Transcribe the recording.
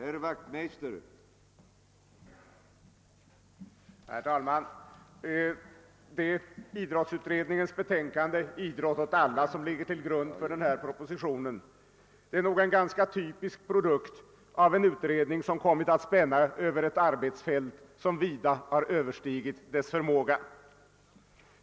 Herr talman! Idrottsutredningens betänkande Idrott åt alla, som ligger till grund för denna proposition, är nog en ganska typisk produkt av en utredning, som kommit att spänna över ett arbetsfält som vida har överstigit dess förmåga.